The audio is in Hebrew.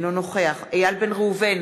אינו נוכח איל בן ראובן,